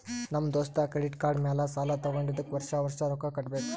ನಮ್ ದೋಸ್ತ credit card ಮ್ಯಾಲ ಸಾಲಾ ತಗೊಂಡಿದುಕ್ ವರ್ಷ ವರ್ಷ ರೊಕ್ಕಾ ಕಟ್ಟಬೇಕ್